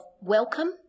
welcome